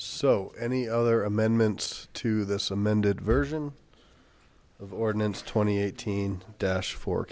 so any other amendments to this amended version of ordinance twenty eighteen dash for